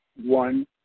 One